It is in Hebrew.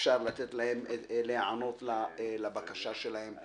אפשר להיענות לבקשה שלהם.